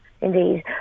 indeed